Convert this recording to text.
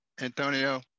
Antonio